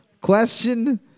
Question